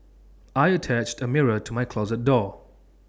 I attached A mirror to my closet door